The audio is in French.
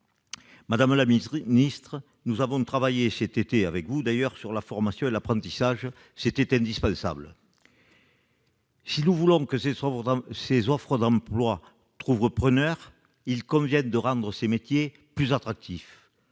Madame la ministre, nous avons travaillé cet été avec vous sur la formation et l'apprentissage. C'était indispensable. Si nous voulons que ces offres d'emploi trouvent preneur, il convient de rendre ces métiers plus attractifs.